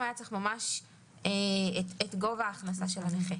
היה צריך ממש את גובה ההכנסה של הנכה.